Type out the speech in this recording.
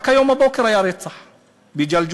רק היום בבוקר היה רצח בג'לג'וליה.